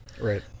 Right